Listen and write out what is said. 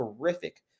terrific